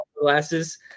Glasses